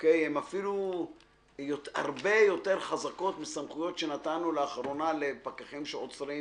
הן אפילו הרבה יותר חזקות מסמכויות שנתנו לאחרונה לפקחים שעוצרים